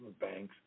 banks